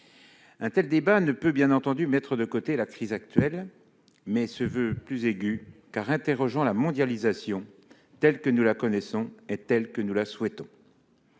Un tel débat ne peut, bien entendu, laisser de côté la crise actuelle, mais nous voulons le rendre plus aigu, en interrogeant la mondialisation telle que nous la connaissons et telle que nous la souhaitons.